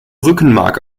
rückenmark